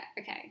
okay